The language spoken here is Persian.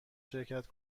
شرکت